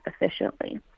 efficiently